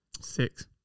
Six